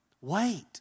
wait